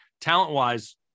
Talent-wise –